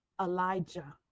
Elijah